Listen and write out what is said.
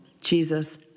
Jesus